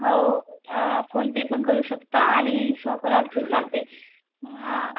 हो PhonePe पण करू शकता आणि शॉपवर आलं तरी चालते